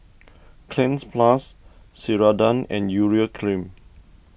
Cleanz Plus Ceradan and Urea Cream